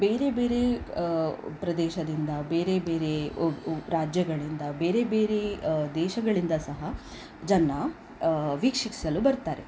ಬೇರೆ ಬೇರೆ ಪ್ರದೇಶದಿಂದ ಬೇರೆ ಬೇರೆ ರಾಜ್ಯಗಳಿಂದ ಬೇರೆ ಬೇರೆ ದೇಶಗಳಿಂದ ಸಹ ಜನ ವೀಕ್ಷಿಸಲು ಬರ್ತಾರೆ